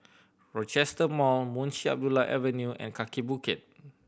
Rochester Mall Munshi Abdullah Avenue and Kaki Bukit